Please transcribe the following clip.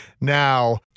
now